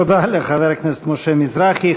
תודה לחבר הכנסת משה מזרחי.